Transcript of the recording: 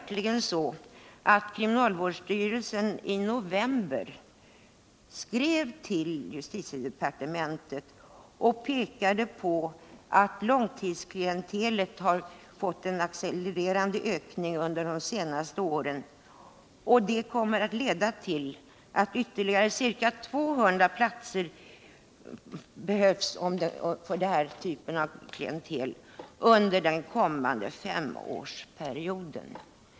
Kriminalvårdsstyrelsen skrev i november till justitiedepartementet och pekade på att långtidsklientelet har ökat i accelererande takt under de senaste åren, vilket kommer att leda till att ytterligare ca 200 platser behövs för den här typen av klientel under den kommande femårsperioden.